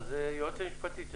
היועצת המשפטית,